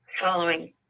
following